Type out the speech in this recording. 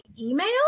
email